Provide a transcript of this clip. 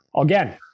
Again